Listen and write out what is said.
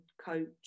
coach